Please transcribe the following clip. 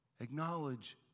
Acknowledge